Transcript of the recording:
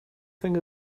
thing